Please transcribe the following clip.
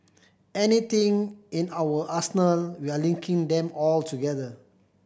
anything in our arsenal we're linking them all together